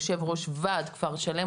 יו"ר ועד כפר שלם.